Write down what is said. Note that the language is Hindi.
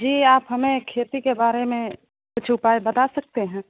जी आप हमें खेती के बारे में कुछ उपाय बता सकते हैं